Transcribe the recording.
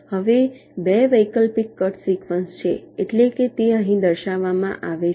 હવે 2 વૈકલ્પિક cut sequence છે એટલે કે તે અહીં દર્શાવવામાં આવશે